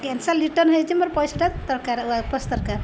cancel return ହେଇଛି ମୋର ପଇସାଟା ଦରକାର ପଇସା ଦରକାର